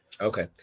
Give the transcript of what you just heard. okay